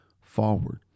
forward